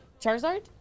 Charizard